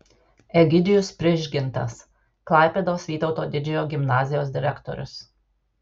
egidijus prižgintas klaipėdos vytauto didžiojo gimnazijos direktorius